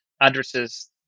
addresses